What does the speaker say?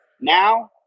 now